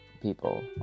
people